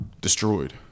destroyed